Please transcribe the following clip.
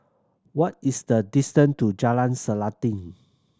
what is the distance to Jalan Selanting